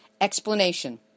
explanation